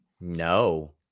No